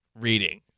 reading